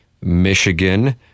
Michigan